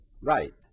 Right